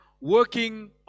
working